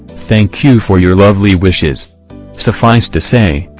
thank you for your lovely wishes suffice to say,